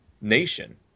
nation